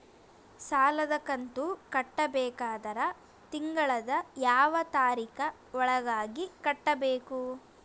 ಸಾಲದ ಕಂತು ಕಟ್ಟಬೇಕಾದರ ತಿಂಗಳದ ಯಾವ ತಾರೀಖ ಒಳಗಾಗಿ ಕಟ್ಟಬೇಕು?